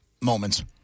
Moments